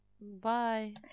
bye